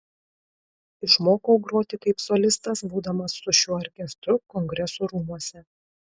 išmokau groti kaip solistas būdamas su šiuo orkestru kongresų rūmuose